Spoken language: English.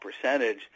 percentage